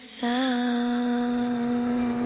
sound